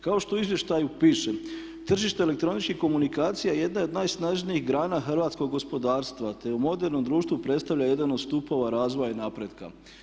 Kao što u izvještaju piše, tržište elektroničkih komunikacija jedna je od najsnažnijih grana hrvatskog gospodarstva, te u modernom društvu predstavlja jedan od stupova razvoja i napretka.